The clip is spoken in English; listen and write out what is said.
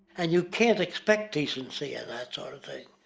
and you can't expect decency in that sort